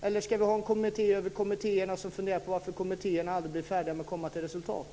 Eller ska vi ha en kommitté över kommittéerna som funderar på varför kommittéerna aldrig blir färdiga med sitt resultat?